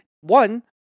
One